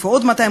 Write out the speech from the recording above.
יוסיפו עוד 250,